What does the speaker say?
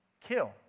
Kill